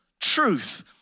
truth